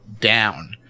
down